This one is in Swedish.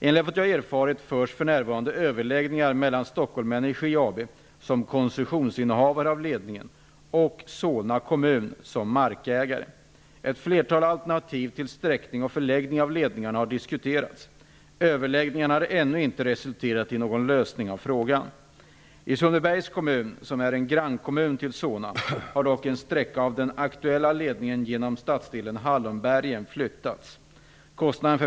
Enligt vad jag har erfarit förs för närvarande överläggningar mellan Stockholm Energi AB, som koncessionsinnehavare av ledningen, och Solna kommun, som markägare. Ett flertal alternativ till sträckning och förläggning av ledningarna har diskuterats. Överläggningarna har ännu inte resulterat i någon lösning av frågan. I Sundbybergs kommun, som är en grannkommun till Solna, har dock en sträcka av den aktuella ledningen genom stadsdelen Hallonbergen flyttats.